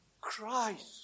Christ